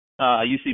UC